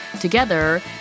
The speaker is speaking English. together